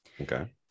okay